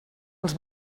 els